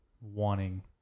wanting